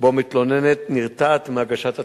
שבו מתלוננת נרתעת מהגשת התלונה.